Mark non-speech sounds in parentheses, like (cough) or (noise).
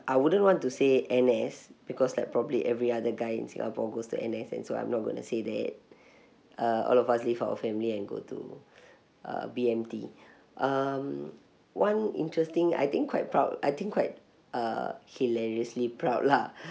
I wouldn't want to say N_S because like probably every other guy in singapore goes to N_S and so I'm not going to say that (breath) uh all of us leave our family and go to (breath) uh B_M_T (breath) um one interesting I think quite proud I think quite uh hilariously proud lah